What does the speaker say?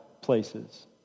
places